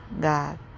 God